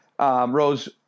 Rose